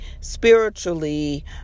spiritually